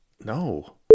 No